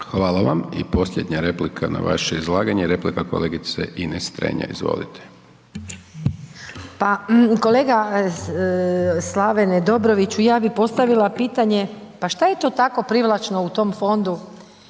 Hvala vam. I posljednja replika na vaše izlaganje, replika kolegice Ines Strenja, izvolite. **Strenja, Ines (Nezavisni)** Pa kolega Slavene Dobroviću, ja bi postavila pitanje, pa što je tako privlačno u tom fondu